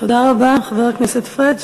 תודה רבה, חבר הכנסת פריג'.